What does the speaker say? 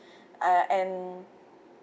uh and